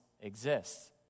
exists